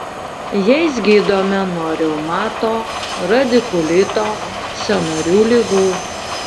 jais gydome nuo reumato radikulito sąnarių ligų